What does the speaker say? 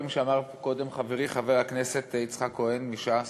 שאמר פה קודם חברי חבר הכנסת יצחק כהן מש"ס.